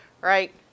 right